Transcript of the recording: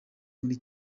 muri